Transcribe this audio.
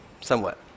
somewhat